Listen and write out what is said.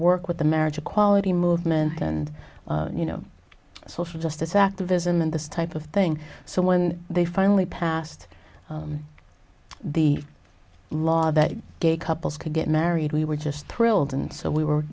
work with the marriage equality movement and you know social justice activism and this type of thing so when they finally passed the law that gay couples could get married we were just thrilled and so we were